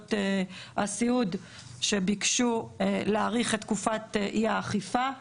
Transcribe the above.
למוסדות הסיעוד שביקשו להאריך את תקופת אי האכיפה.